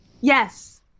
Yes